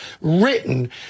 written